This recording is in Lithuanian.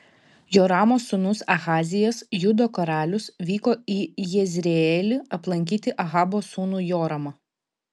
joramo sūnus ahazijas judo karalius vyko į jezreelį aplankyti ahabo sūnų joramą